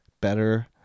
better